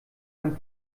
ein